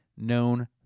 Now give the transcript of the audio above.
known